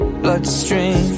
bloodstream